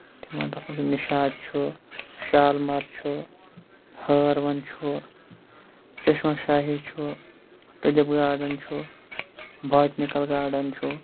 تِمن تَتھ منٛز چھِ نِشات چھُ ُشالمور چھُ ہٲرون چھُ چیشما شاہی چھُ ٹُلِپ گاڑن چھُ بوٹنِکل گاڑن چھُ